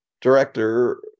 director